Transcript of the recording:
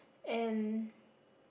and